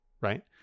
right